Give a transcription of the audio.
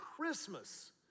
Christmas